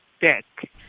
deck